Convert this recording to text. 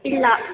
ಇಲ್ಲ